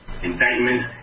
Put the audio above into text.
indictments